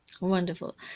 Wonderful